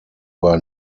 were